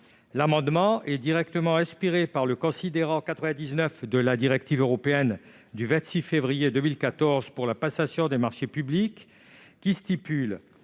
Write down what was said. amendement est directement inspiré par le considérant 99 de la directive européenne du 26 février 2014 sur la passation des marchés publics, selon